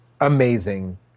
amazing